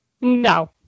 no